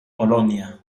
polonia